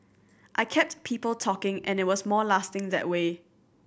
I kept people talking and it was more lasting that way